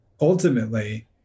ultimately